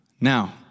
Now